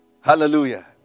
Hallelujah